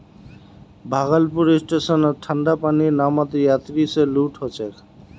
भागलपुर स्टेशनत ठंडा पानीर नामत यात्रि स लूट ह छेक